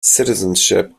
citizenship